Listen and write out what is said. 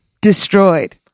destroyed